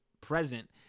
present